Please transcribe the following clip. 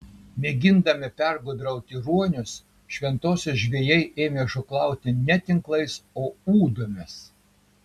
mėgindami pergudrauti ruonius šventosios žvejai ėmė žūklauti ne tinklais o ūdomis